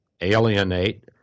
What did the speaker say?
alienate